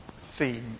theme